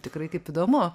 tikrai kaip įdomu